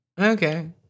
Okay